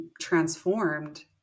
transformed